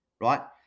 right